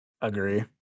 Agree